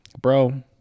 bro